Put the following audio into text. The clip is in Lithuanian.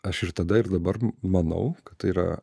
aš ir tada ir dabar manau kad tai yra